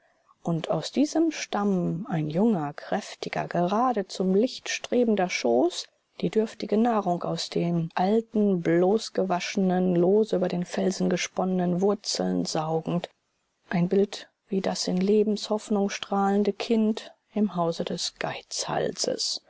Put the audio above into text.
und aus diesem stamm ein junger kräftiger gerade zum licht strebender schoß die dürftige nahrung aus den alten bloßgewaschenen lose über den felsen gesponnenen wurzeln saugend ein bild wie das in lebenshoffnung strahlende kind im hause des geizhalses